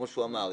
כמו שהוא אמר,